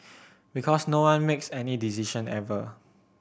because no one makes any decision ever